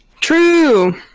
True